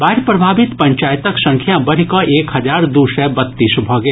बाढ़ि प्रभावित पंचायतक संख्या बढ़ि कऽ एक हजार दू सय बत्तीस भऽ गेल